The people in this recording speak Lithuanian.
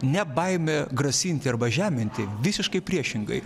ne baimė grasinti arba žeminti visiškai priešingai